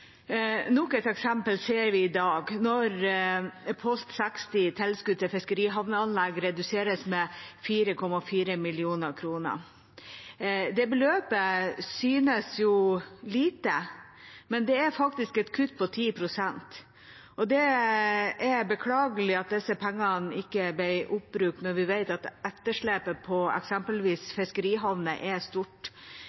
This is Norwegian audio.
nok et eksempel i dag når Post 60 Tilskot til fiskerihamneanlegg reduseres med 4,4 mill. kr. Det beløpet synes lite, men det er faktisk et kutt på 10 pst. Det er beklagelig at disse pengene ikke ble oppbrukt, når vi vet at etterslepet på eksempelvis